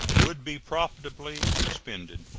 would be profitably expended.